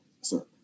sir